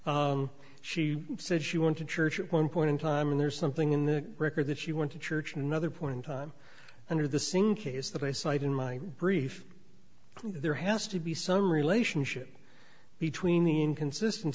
she said she wanted church at one point in time and there's something in the record that she went to church in another point in time under the same case that i cite in my brief there has to be some relationship between the inconsisten